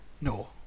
No